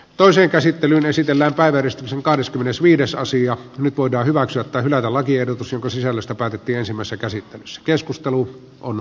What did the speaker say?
toisen käsittelyn esitellä päiverista sen kahdeskymmenesviides nyt voidaan hyväksyä tai hylätä lakiehdotus jonka sisällöstä päätettiinsimme sekaisin se keskustelu on